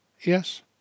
Yes